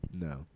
No